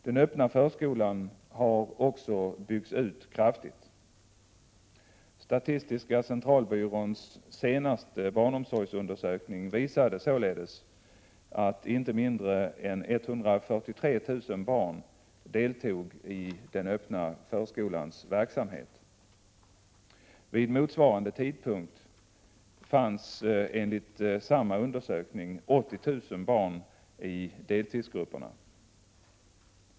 Den öppna förskolan har också byggts ut kraftigt. Statistiska centralbyråns senaste barnomsorgsundersökning visade således att inte mindre än 143 000 barn deltog i den öppna förskolans verksamhet. Vid motsvarande tidpunkt fanns det enligt samma undersökning 80 000 barn i deltidsgrupperna.